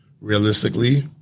realistically